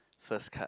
first card